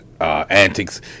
antics